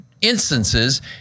instances